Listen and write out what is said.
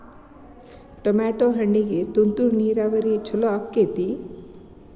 Tomato ಹಣ್ಣಿಗೆ ತುಂತುರು ನೇರಾವರಿ ಛಲೋ ಆಕ್ಕೆತಿ?